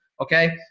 Okay